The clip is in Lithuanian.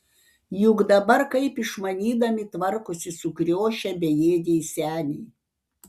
juk dabar kaip išmanydami tvarkosi sukriošę bejėgiai seniai